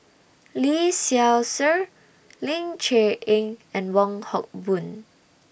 Lee Seow Ser Ling Cher Eng and Wong Hock Boon